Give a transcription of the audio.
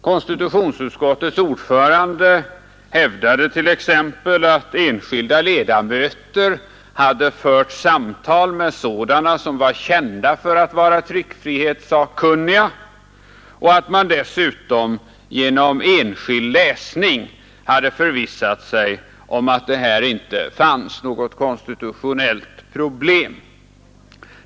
Konstitutionsutskottets ordförande hävdade t.ex. att enskilda ledamöter hade fört samtal med sådana som var kända för att vara tryckfrihetssakunniga och att man dessutom genom enskild läsning hade förvissat sig om att det här inte fanns något konstitutionellt problem.